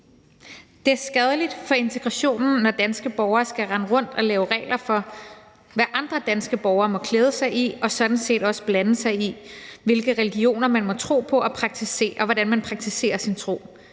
Det er skadeligt for integrationen, når danske borgere skal rende rundt og lave regler for, hvad andre danske borgere må klæde sig i og sådan set også blande sig i, hvilke religioner man må tro på og praktisere, og hvordan man praktiserer sin tro.